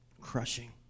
crushing